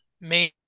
main